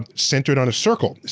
ah centered on a circle.